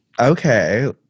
Okay